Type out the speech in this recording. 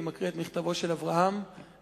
אני מקריא את מכתבו של אברהם מירושלים: